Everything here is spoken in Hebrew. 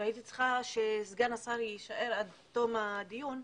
והייתי צריכה שסגן השר יישאר עד תום הדיון,